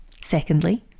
Secondly